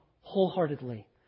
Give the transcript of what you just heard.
wholeheartedly